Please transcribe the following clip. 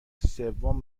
سوم